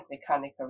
mechanical